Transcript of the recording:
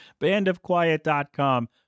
Bandofquiet.com